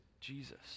Jesus